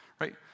Right